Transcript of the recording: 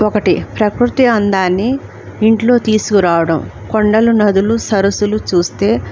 ఒకటి ప్రకృతి అందాన్ని ఇంట్లో తీసుకురావడం కొండలు నదులు సరసులు చూస్తే